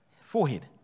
forehead